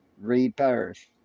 rebirth